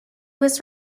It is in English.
was